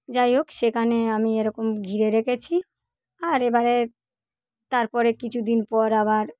যাই হোক সেখানে আমি এরকম ঘিরে রেখেছি আর এবারে তার পরে কিছুদিন পর আবার